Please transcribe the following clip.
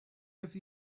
have